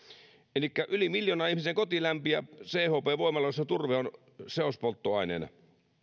yli miljoonan ihmisen koti lämpiää chp voimaloissa turpeen seospolttoaineella